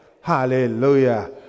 Hallelujah